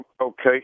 Okay